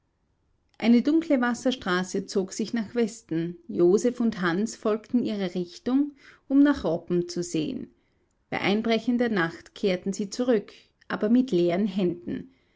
eine dunkle wasserstraße zog sich nach westen joseph und hans folgten ihrer richtung um nach robben zu sehen bei hereinbrechender nacht kehrten sie zurück aber mit leeren händen